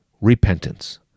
repentance